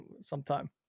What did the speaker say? sometime